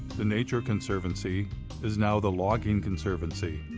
the nature conservancy is now the logging conservancy.